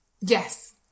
Yes